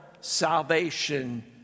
salvation